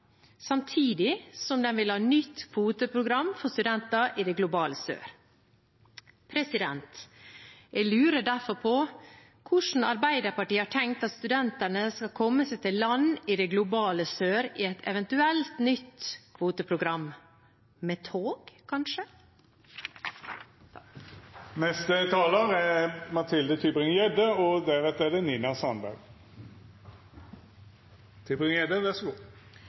samtidig som de vil ha et nytt kvoteprogram for studenter i det globale sør. Jeg lurer derfor på hvordan Arbeiderpartiet har tenkt at studentene skal komme seg til land i det globale sør i et eventuelt nytt kvoteprogram. Med tog, kanskje? Da jeg var 18 år, søkte jeg meg ut for å studere, og